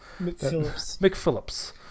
McPhillips